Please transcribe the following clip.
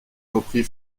reprit